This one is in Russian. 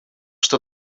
что